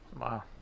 Wow